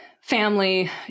family